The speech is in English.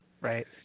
Right